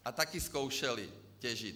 A také zkoušely těžit.